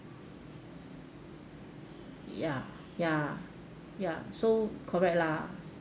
ya ya ya so correct lah